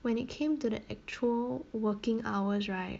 when it came to the actual working hours right